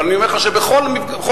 אבל אני אומרת לך שבכל המפגשים,